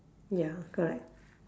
ya correct